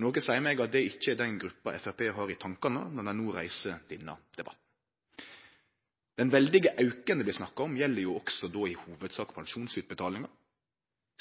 Noko seier meg at det ikkje er den gruppa Framstegspartiet har i tankane når dei no reiser denne debatten. Den veldige auken det blir snakka om, gjeld også då i hovudsak pensjonsutbetalingar,